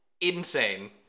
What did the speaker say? insane